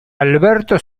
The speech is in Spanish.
alberto